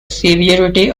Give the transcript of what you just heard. severity